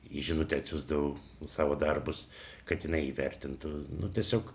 į žinutę atsiųsdavau savo darbus kad jinai įvertintų nu tiesiog